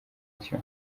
cyo